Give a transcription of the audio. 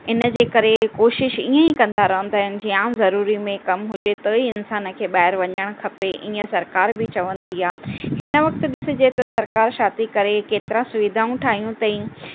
इन जे करे कोशिशि ईअं ई कंदा रहंदा आहिनि जीअं आम ज़रूरी में कमु हुजे थो ई इंसान खे ॿाहिरि वञणु खपे ईअं सरकारु बि चवंदी आहे हिन वक़्तु ॾिसजे त सरकारु छा थी करे केतिरा सुविधाऊं ठाहियूं अथईं